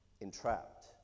entrapped